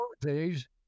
days